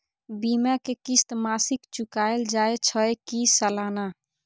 बीमा के किस्त मासिक चुकायल जाए छै की सालाना?